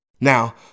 Now